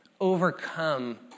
overcome